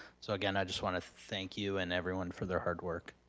so again, i just wanna thank you and everyone for their hard work.